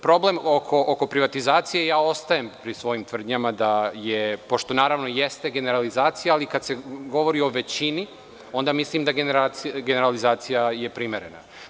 Problem oko privatizacije, ja tu ostajem pri svojim tvrdnjama, pošto jeste generalizacija, ali kada se govori o većini, onda mislim da je generalizacija primerena.